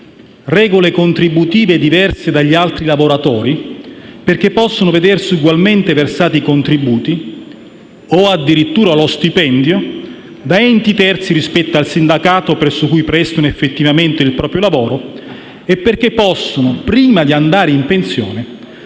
regole contributive diverse dagli altri lavoratori perché possono vedersi ugualmente versati i contributi (o addirittura lo stipendio) da enti terzi rispetto al sindacato presso cui prestano effettivamente il proprio lavoro e perché possono, prima di andare in pensione,